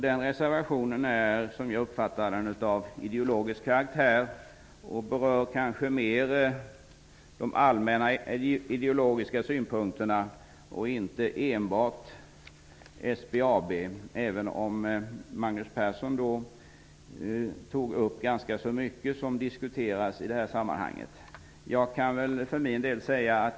Den är som jag uppfattar det av ideologisk karaktär och berör kanske mer de allmänna ideologiska synpunkterna och inte enbart SBAB, även om Magnus Persson tog upp ganska så mycket som diskuteras i detta sammanhang.